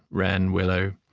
wren, willow.